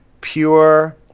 pure